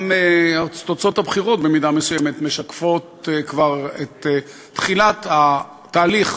גם תוצאות הבחירות במידה מסוימת משקפות כבר את תחילת התהליך.